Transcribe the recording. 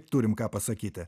turim ką pasakyti